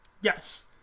Yes